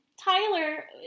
Tyler